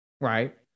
right